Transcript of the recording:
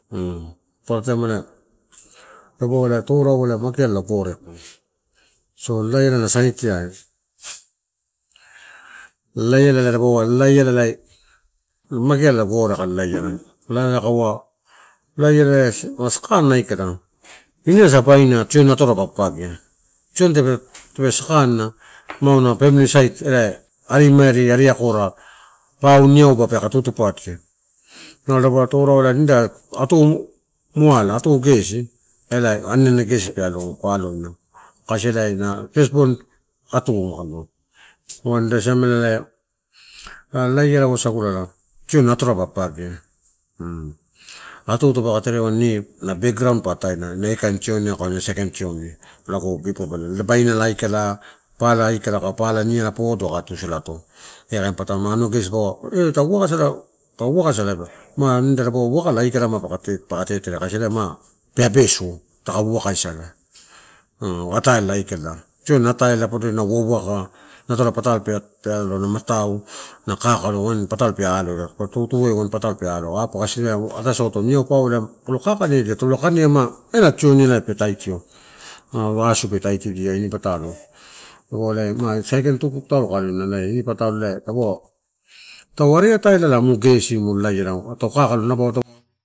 paparataim ela dapaua toraula mageala la gore aika. So lalala ena saitiai lalaila, dapaua lalaila mageala gore aika lalaiala kaua lulaiala na sakanna aika ine sa baina tioni atoro pa papagia. Tioni tape sakanna, ma auna family side, ela arimamairi, ari akora pau, niauba peke tutupadia. Nalo dupum nida torauai atumula atugesi ela, anianina gesi pe pa'aloina kasi ela na first born atu. wain ida siamela eh lalaiala wasagula tioni atorola pa, papagia atu tapakai terena wain en background pa ato enu na eh kain tioni aka sa nusai. Kain toni before polo nabainala aikala? Pala aikala? Aka pula mala polo, aka tusadiato? Eh ia patalo eh ma anuagesi dipau ta uwaka sala aka aikala ma nida dapaua uwakala aikala ma dapaka teterenu asi ela mape abesuo kasitaka uwaka isa la ataielala aikala, tioni ataiela podo na uwa uwaka natola patalo pe alo, na matam, na kakalo wain patalo pe alo ela ataisauto iau. Pau o kakanea adito tadi palo kanea ma ena tioni ela pe tuition, ah asi pa taitidia ini patalo dapaua ma sai tuku taulo kain aloina ini patalo ela tau ari atai ela tau gesi mu lalaiala, tau kake.